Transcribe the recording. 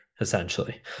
essentially